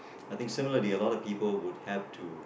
I think similarly I think a lot of people would have to